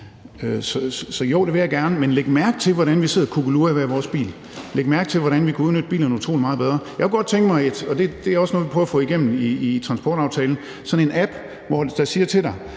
Så jo, det vil jeg gerne, men læg mærke til, hvordan vi sidder og kukkelurer i hver vores bil. Læg mærke til, hvordan vi kunne udnytte bilerne utrolig meget bedre. Jeg kunne godt tænke mig, og det er også noget, vi prøver at få igennem i transportaftalen, sådan en app, der siger til dig,